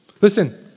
Listen